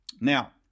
Now